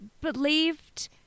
believed